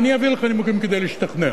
ואני אביא לך נימוקים כדי להשתכנע,